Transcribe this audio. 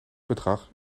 bedrag